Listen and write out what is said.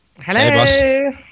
Hello